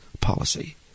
policy